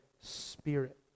spirit